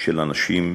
של הנשים בזנות.